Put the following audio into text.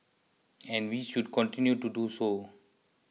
and we should continue to do so